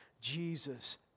Jesus